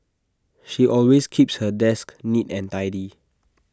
she always keeps her desk neat and tidy